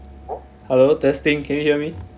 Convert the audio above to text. hello testing can you hear me